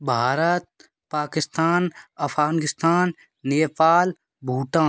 Bharat Pakistan Afghanistan Nepal Bhutan